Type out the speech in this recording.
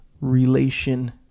relation